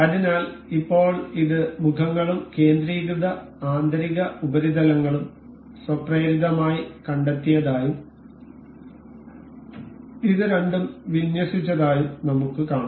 അതിനാൽ ഇപ്പോൾ ഇത് മുഖങ്ങളും കേന്ദ്രീകൃത ആന്തരിക ഉപരിതലങ്ങളും സ്വപ്രേരിതമായി കണ്ടെത്തിയതായും ഇത് രണ്ടും വിന്യസിച്ചതായും നമുക്ക് കാണാം